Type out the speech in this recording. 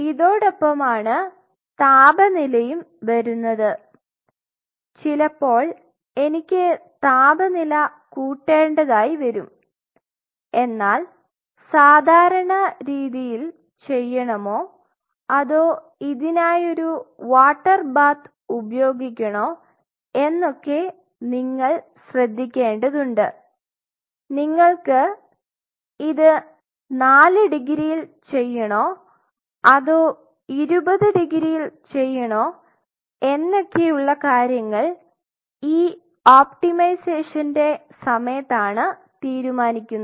ഇതോടൊപ്പമാണ് താപനിലയും വരുന്നത് ചിലപ്പോൾ എനിക്ക് താപനില കൂട്ടേണ്ടതായി വരും എന്നാൽ സാധാരണ രീതിയിൽ ചെയ്യണമോ അതോ ഇതിനായി ഒരു വാട്ടർ ബാത്ത് ഉപയോഗിക്കണോ എന്നൊക്കെ നിങ്ങൾ ശ്രദ്ധിക്കേണ്ടതുണ്ട് നിങ്ങൾക്ക് ഇത് നാലു ഡിഗ്രിയിൽ ചെയ്യണോ അതോ 20 ഡിഗ്രിയിൽ ചെയ്യണോ എന്നൊക്കെയുള്ള കാര്യങ്ങൾ ഈ ഒപ്റ്റിമൈസേഷന്റെ സമയത്താണ് തീരുമാനിക്കുന്നത്